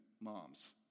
moms